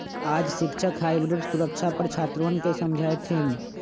आज शिक्षक हाइब्रिड सुरक्षा पर छात्रवन के समझय थिन